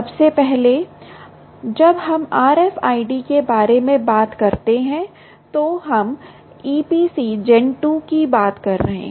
सबसे पहले जब हम RFID के बारे में बात करते हैं तो हम EPC Gen 2 EPC Gen 2 की बात कर रहे हैं